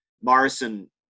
Morrison